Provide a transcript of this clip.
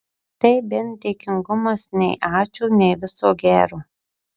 tai bent dėkingumas nei ačiū nei viso gero